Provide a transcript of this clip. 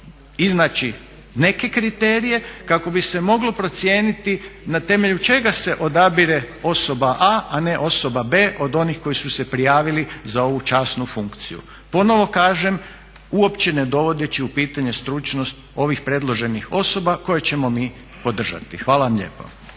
iznaći neke kriterije kako bi se moglo procijeniti na temelju čega se odabire osoba A a ne osoba B od onih koji su se prijavili za ovu časnu funkciju. Ponovo kažem, uopće ne dovodeći u pitanje stručnost ovih predloženih osoba koje ćemo mi podržati. Hvala vam lijepo.